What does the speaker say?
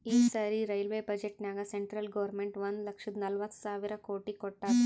ಈ ಸರಿ ರೈಲ್ವೆ ಬಜೆಟ್ನಾಗ್ ಸೆಂಟ್ರಲ್ ಗೌರ್ಮೆಂಟ್ ಒಂದ್ ಲಕ್ಷದ ನಲ್ವತ್ ಸಾವಿರ ಕೋಟಿ ಕೊಟ್ಟಾದ್